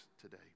today